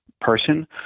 person